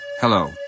hello